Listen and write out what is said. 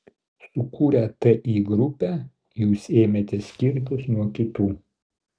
sukūrę ti grupę jūs ėmėte skirtis nuo kitų